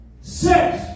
Six